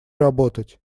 работать